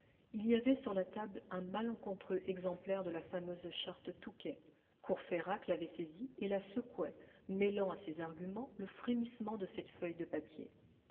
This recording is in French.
il y avait sur la table un malencontreux exemplaire de la fameuse charte touquet courfeyrac l'avait saisie et la secouait mêlant à ses arguments le frémissement de cette feuille de papier